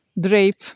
drape